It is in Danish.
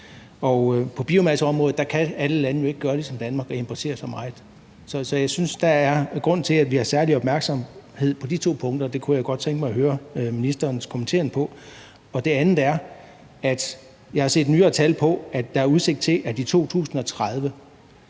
på biomasseområdet kan alle lande jo ikke gøre ligesom Danmark og importere så meget. Så jeg synes, der er en grund til, at vi har særlig opmærksomhed på de to punkter. Det kunne jeg godt tænke mig at høre ministerens kommentar til. Noget andet er, at jeg har set nyere tal på, at der er udsigt til, at i 2030